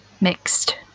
mixed